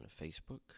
Facebook